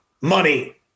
money